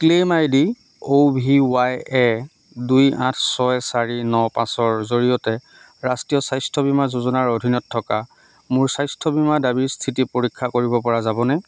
claim I D O V Y A দুই আঠ ছয় চাৰি ন পাঁচৰ জৰিয়তে ৰাষ্ট্ৰীয় স্বাস্থ্য বীমা যোজনাৰ অধীনত থকা মোৰ স্বাস্থ্য বীমা দাবীৰ স্থিতি পৰীক্ষা কৰিব পৰা যাবনে